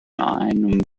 einem